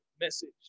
message